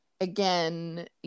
again